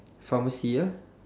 pharmacy ah